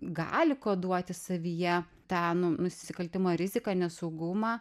gali koduoti savyje tą nusikaltimo riziką nesaugumą